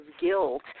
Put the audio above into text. guilt